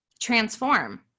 transform